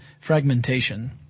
fragmentation